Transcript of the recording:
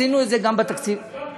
עשינו את זה גם בתקציב, גם בגלל.